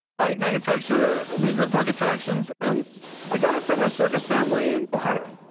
i manufacture amusement park attractions. and i got it from a circus family in ohio.